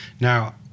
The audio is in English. Now